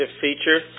feature